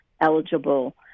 eligible